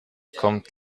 kommt